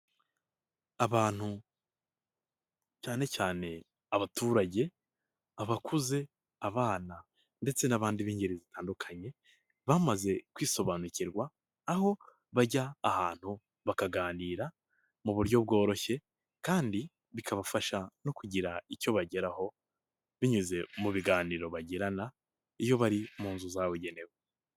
Abantu cyane cyane abaturage: abakuze, abana ndetse n'abandi b'ingeri zitandukanye, bamaze kwisobanukirwa aho bajya ahantu bakaganira mu buryo bworoshye kandi bikabafasha no kugira icyo bageraho binyuze mu biganiro bagirana iyo bari mu nzu zabugenewe.